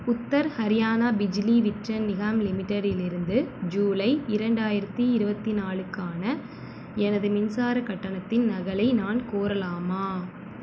உத்தர் ஹரியானா பிஜிலி விட்ரன் நிகாம் லிமிட்டடிலிருந்து ஜூலை இரண்டாயிரத்தி இருபத்தி நாளுக்கான எனது மின்சாரக்கட்டணத்தின் நகலை நான் கோரலாமா